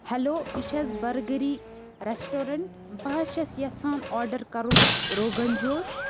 hello یہِ چھا حظ بٔرگٔری ریٚسٹورنٛٹ بہٕ حظ چھَس یژھان آرڈَر کَرُن روغَن جوش